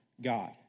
God